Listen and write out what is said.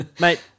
Mate